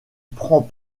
prend